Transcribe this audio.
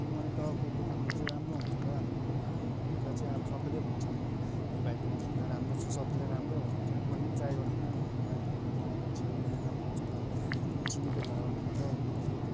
मैले तपाईँको दोकानमा चाहिँ राम्रो हुन्छ होला भनेर अब हेर्दा चाहिँ अब सबैले भन्छ होइन यो भाइकोमा किन् न राम्रो छ सबैले राम्रै भन्दैथ्यो मैले पनि ट्राई गरौँ न भनेर नयाँ दोकान नयाँ मान्छे हो नयाँ राम्रो हुन्छ होला त्यही पनि चिनेकै दा हो हाम्रो त भनेर चाहिँ